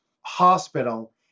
hospital